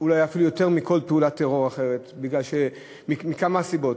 אולי אפילו יותר מכל פעולת טרור אחרת, מכמה סיבות.